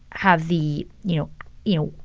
have the, you you know,